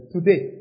Today